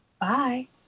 bye